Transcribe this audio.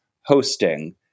hosting